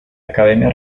academia